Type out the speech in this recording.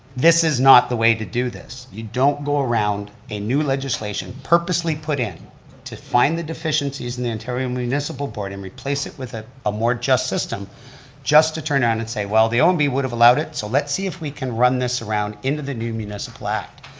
this is not the way to do this, you don't go around a new legislation purposely put in to find the deficiencies in ontario municipal board and replace it with ah a more just system just to turn around and say, well, the um omb would have allowed it, so let's see if we can run this around into the new municipal act.